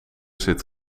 zit